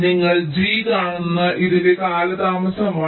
നിങ്ങൾ g കാണുന്നു ഇതിന്റെ കാലതാമസം 1